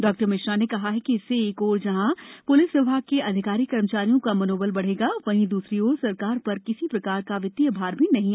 डॉ मिश्रा ने कहा कि इससे एक ओर जहाँ प्लिस विभाग के अधिकारी कर्मचारियों का मनोबल बढ़ेगा वहीं दूसरी ओर सरकार पर किसी प्रकार का वित्तीय भार भी नहीं आयेगा